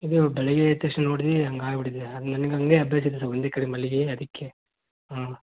ಇದ್ದೇವೆ ಬೆಳಗ್ಗೆ ಎದ್ದ ತಕ್ಷಣ ನೋಡಿದೆ ಹಾಗೆ ಆಗಿಬಿಟ್ಟಿದೆ ನನಗೆ ಹಾಗೆ ಅಭ್ಯಾಸ ಇದೆ ಸರ್ ಒಂದೇ ಕಡೆ ಮಲಗಿ ಅದಕ್ಕೆ ಹ್ಞೂ